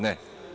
Ne.